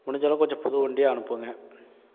முடிஞ்ச அளவுக்கு கொஞ்சம் புது வண்டியாக அனுப்புங்க